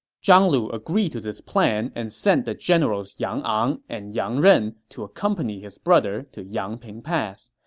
zhang lu agreed to this plan and sent the generals yang ang and yang ren to accompany his brother to yangping pass.